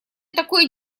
такой